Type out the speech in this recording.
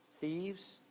thieves